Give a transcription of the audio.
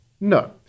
No